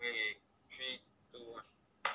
ready three two one